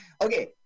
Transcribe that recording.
okay